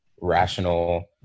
rational